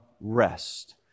rest